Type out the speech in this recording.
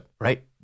right